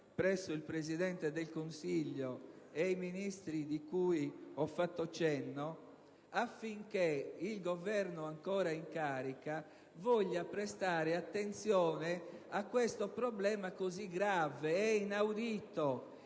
presso il Presidente del Consiglio e il Ministro a cui ho accennato affinché il Governo ancora in carica voglia prestare attenzione a questo problema così grave. È inaudito